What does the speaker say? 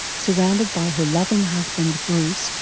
surrounded by her loving husband bruce,